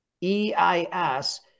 E-I-S